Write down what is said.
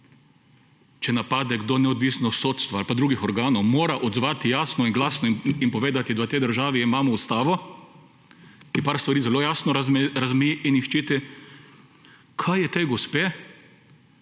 če napade nekdo neodvisno sodstvo ali pa drugih organov mora odzvati jasno in glasno in povedati, da v tej državi imamo Ustavo, ki pa stvari zelo jasno razmeji in jih ščiti kaj je tej gospe,